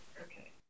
Okay